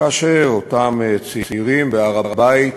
כאשר אותם צעירים בהר-הבית